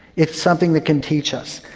it's something that can teach us.